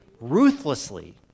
Ruthlessly